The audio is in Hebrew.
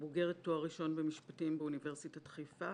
היא בוגרת תואר ראשון במשפטים באוניברסיטת חיפה,